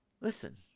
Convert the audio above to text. Listen